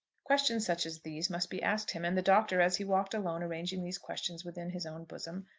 questions such as these must be asked him and the doctor, as he walked alone, arranging these questions within his own bosom,